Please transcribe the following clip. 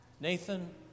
Nathan